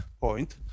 point